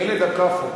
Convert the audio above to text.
ילד הכאפות.